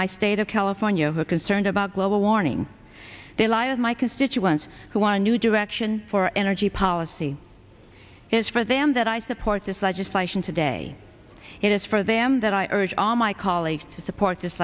my state of california who are concerned about global warming the lie of my constituents who are new direction for energy policy is for them that i support this legislation today it is for them that i urge all my colleagues to support this